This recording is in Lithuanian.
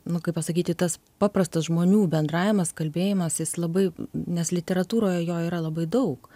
nu kaip pasakyti tas paprastas žmonių bendravimas kalbėjimas jis labai nes literatūroj jo yra labai daug